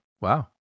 Wow